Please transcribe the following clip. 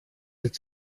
that